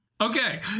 Okay